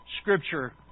Scripture